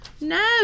no